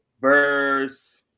verse